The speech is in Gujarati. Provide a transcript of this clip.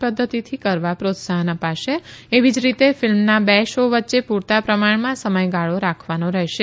પદ્ધતિથી કરવા પ્રોત્સાહન અપાશે એવી જ રીતે ફિલ્મના બે શો વચ્ચે પૂરતા પ્રમાણમાં સમયગાળો રાખવાનો રહેશે